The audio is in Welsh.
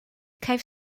caiff